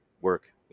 work